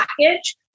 package